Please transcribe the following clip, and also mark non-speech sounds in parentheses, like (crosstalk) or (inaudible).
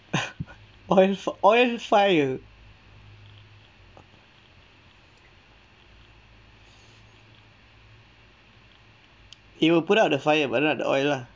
(laughs) oil oil fire he will put out the fire but not the oil lah